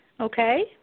okay